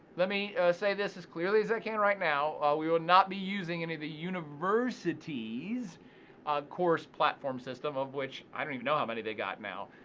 let me say this as clearly as i can right now. we will not be using any of the university's course platform system, of which i don't even know how many they got now.